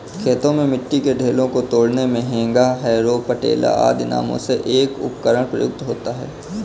खेतों में मिट्टी के ढेलों को तोड़ने मे हेंगा, हैरो, पटेला आदि नामों से एक उपकरण प्रयुक्त होता है